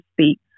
speak